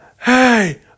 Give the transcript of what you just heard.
hey